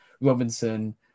Robinson